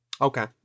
Okay